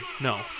No